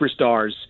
superstars